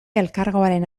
elkargoaren